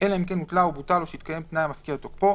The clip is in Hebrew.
אלא אם כן הותלה או בוטל או שהתקיים תנאי המפקיע את תוקפו,